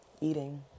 eating